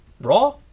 Raw